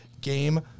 game